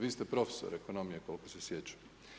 Vi ste profesor ekonomije koliko se sjećam.